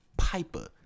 piper